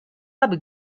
abi